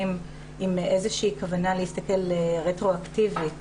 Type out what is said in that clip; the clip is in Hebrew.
עם איזושהי כוונה להסתכל רטרואקטיבית